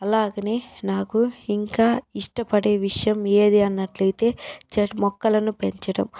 అలాగనే నాకు ఇంకా ఇష్టపడే విషయం ఏది అన్నట్లయితే చె మొక్కలను పెంచడం